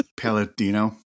Paladino